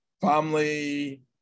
family